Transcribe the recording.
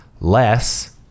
less